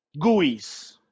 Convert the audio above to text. GUIs